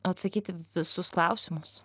atsakyt į visus klausimus